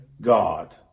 God